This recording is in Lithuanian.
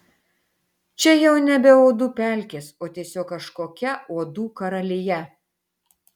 čia jau nebe uodų pelkės o tiesiog kažkokia uodų karalija